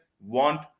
want